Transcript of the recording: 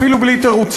אפילו בלי תירוצים.